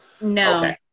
No